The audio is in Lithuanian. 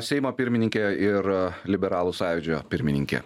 seimo pirmininke ir liberalų sąjūdžio pirmininkė